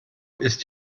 ist